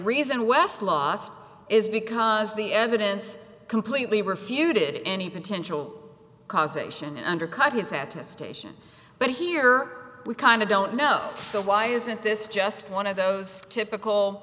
reason west lost is because the evidence completely refuted any potential cause ation and undercut his had to station but here we kind of don't know so why isn't this just one of those typical